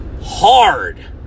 hard